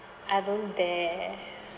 I don't dare